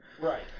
right